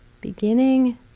beginning